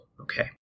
Okay